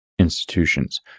institutions